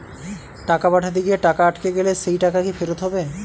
টাকা পাঠাতে গিয়ে টাকা আটকে গেলে সেই টাকা কি ফেরত হবে?